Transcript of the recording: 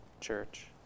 church